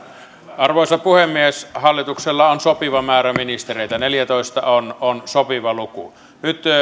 arvoisa puhemies hallituksella on sopiva määrä ministereitä neljätoista on on sopiva luku nyt